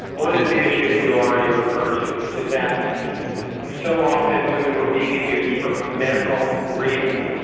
one is the issue that you already referred to, which is that so often women were being introduced for a medical reason,